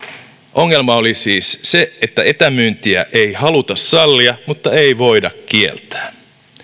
ongelma oli siis se että etämyyntiä ei haluta sallia mutta ei voida kieltää